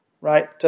right